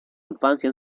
infancia